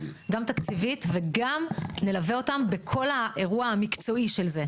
גם תקציבית וגם נלווה אותה בכל האירוע המקצועי של זה.